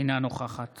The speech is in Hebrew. אינה נוכחת